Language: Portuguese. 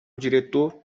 diretor